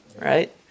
right